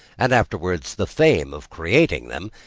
and afterwards the fame of creating them.